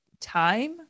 time